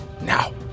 now